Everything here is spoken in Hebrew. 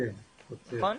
נכון?